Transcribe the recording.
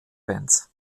bands